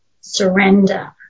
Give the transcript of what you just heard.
surrender